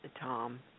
Tom